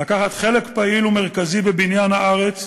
לקחת חלק פעיל ומרכזי בבניין הארץ,